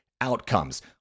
outcomes